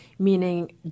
Meaning